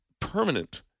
permanent